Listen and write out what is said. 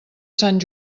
sant